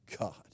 God